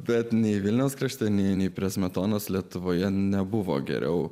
bet nei vilniaus krašte nė prie smetonos lietuvoje nebuvo geriau